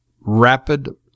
rapid